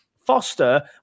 Foster